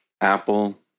Apple